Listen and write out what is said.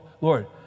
Lord